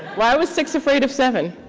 why was six afraid of seven?